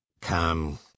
Come